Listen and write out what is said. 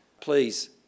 Please